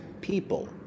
people